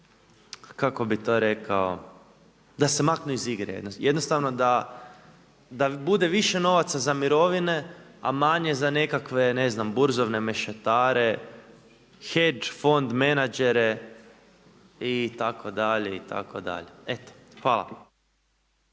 kako bi to rekao, da se maknu iz igre, jednostavno da bude više novaca za mirovine a manje za nekakve, ne znam, burzovne mešetare, hedge fund menadžere itd. itd., eto. Hvala.